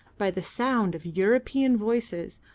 by the sound of european voices,